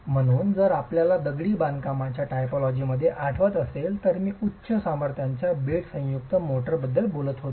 म्हणून जर आपल्याला दगडी बांधकामाच्या टायपोलॉजीजमध्ये आठवत असेल तर मी उच्च सामर्थ्याच्या बेड जॉईंट मोर्टारबद्दल बोलत होतो